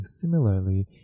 similarly